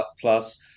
plus